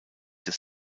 des